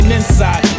inside